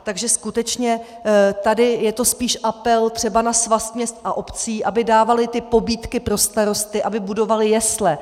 Takže skutečně tady je to spíš apel třeba na Svaz měst a obcí, aby dávali pobídky pro starosty, aby budovali jesle.